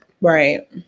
Right